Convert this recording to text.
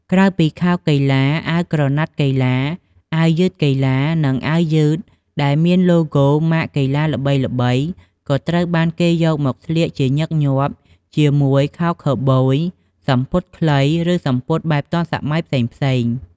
ក្រៅពីខោកីឡា អាវក្រណាត់កីឡា អាវយឺតកីឡា និងអាវយឺតដែលមានឡូហ្គោម៉ាកកីឡាល្បីៗក៏ត្រូវបានគេយកមកស្លៀកជាញឹកញាប់ជាមួយខោខូវប៊យ សំពត់ខ្លី ឬសំពត់បែបទាន់សម័យផ្សេងៗ។